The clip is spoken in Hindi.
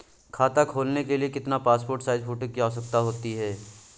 खाता खोलना के लिए कितनी पासपोर्ट साइज फोटो की आवश्यकता होती है?